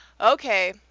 Okay